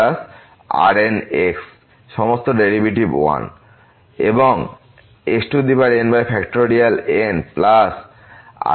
Rn সুতরাং Rn remainder term Rnxx x0n1n1